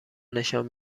نشان